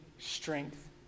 Strength